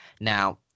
Now